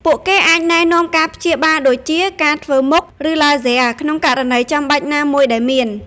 ពួកគេអាចណែនាំការព្យាបាលដូចជា ការធ្វើមុខ ឬឡាស៊ែរ ក្នុងករណីចាំបាច់ណាមួយដែលមាន ។